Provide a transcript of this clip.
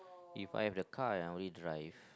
if I have the car I only drive